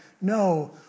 no